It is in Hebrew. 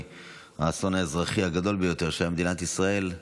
האסון האזרחי הגדול ביותר היה במדינת ישראל,